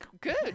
good